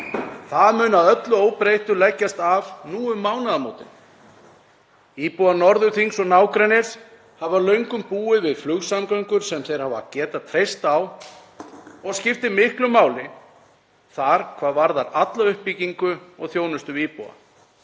Það mun að öllu óbreyttu leggjast af nú um mánaðamótin. Íbúar Norðurþings og nágrennis hafa löngum búið við flugsamgöngur sem þeir hafa getað treyst á og skiptir miklu máli hvað varðar alla uppbyggingu og þjónustu við íbúa.